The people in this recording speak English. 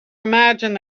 imagined